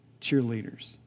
cheerleaders